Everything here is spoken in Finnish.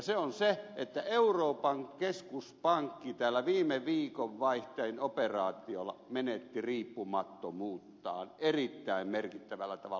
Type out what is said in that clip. se on se että euroopan keskuspankki tällä viime viikonvaihteen operaatiolla menetti riippumattomuuttaan erittäin merkittävällä tavalla